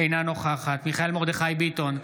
אינה נוכחת מיכאל מרדכי ביטון,